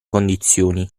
condizioni